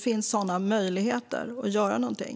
Finns det några möjligheter att göra någonting?